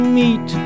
meet